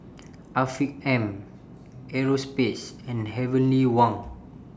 Afiq M Europace and Heavenly Wang